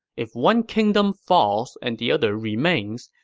if one kingdom falls and the other remains,